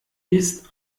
ist